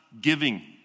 giving